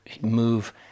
move